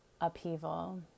upheaval